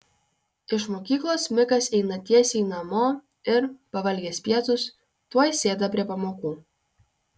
iš mokyklos mikas eina tiesiai namo ir pavalgęs pietus tuoj sėda prie pamokų